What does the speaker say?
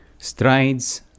strides